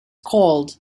called